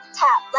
tap